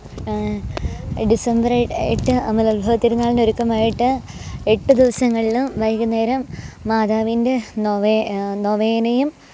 ഡിസംബറില് എട്ട് അമലോത്ഭവ തിരുനാളിന്റെ ഒരുക്കമായിട്ട് എട്ട് ദിവസങ്ങളിലും വൈകുന്നേരം മാതാവിന്റെ നൊവേ നൊവേനയും